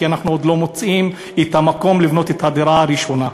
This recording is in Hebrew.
כי אנחנו עוד לא מוצאים את המקום לבנות את הדירה הראשונה.